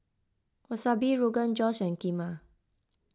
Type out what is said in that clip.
Wasabi Rogan Josh and Kheema